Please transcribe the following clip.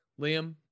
liam